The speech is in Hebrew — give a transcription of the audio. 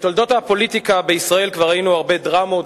בתולדות הפוליטיקה בישראל כבר ראינו הרבה דרמות,